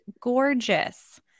gorgeous